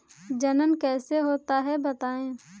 जनन कैसे होता है बताएँ?